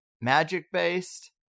magic-based